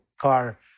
car